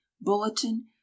Bulletin